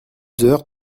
heures